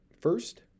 first